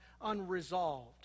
unresolved